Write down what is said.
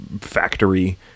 factory